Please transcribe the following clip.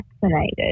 vaccinated